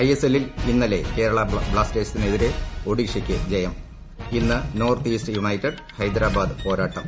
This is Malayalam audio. ഐഎസ്എല്ലിൽ ഇന്നലെ കേരള ബ്ലാസ്റ്റേഴ്സിനെതിരെ ഒഡീഷയ്ക്ക് ജയം ഇന്ന് നോർത്ത് ഈസ്റ്റ് യുണൈറ്റഡ് ഹൈദരാബാദ് പോരാട്ടം